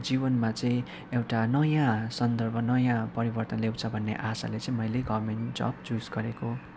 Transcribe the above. जीवनमा चाहिँ एउटा नयाँ सन्दर्भ नयाँ परिवर्तन ल्याउँछ भन्ने आशाले चाहिँ मैले गभर्मेन्ट जब चुज गरेको